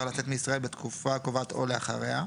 לצאת מישראל בתקופה הקובעת או לאחריה.